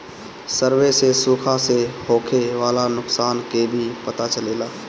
survey से सुखा से होखे वाला नुकसान के भी पता चलेला